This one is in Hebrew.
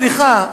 סליחה,